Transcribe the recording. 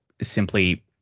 simply